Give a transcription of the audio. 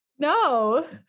No